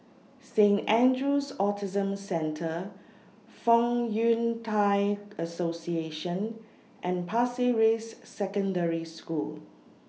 Saint Andrew's Autism Centre Fong Yun Thai Association and Pasir Ris Secondary School